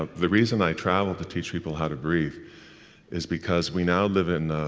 ah the reason i travel to teach people how to breathe is because we now live in